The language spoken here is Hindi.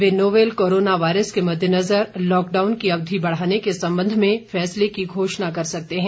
वे नोवेल कोरोना वायरस के मद्देनजर लॉकडाउन की अवधि बढाने के संबंध में फैसले की घोषणा कर सकते हैं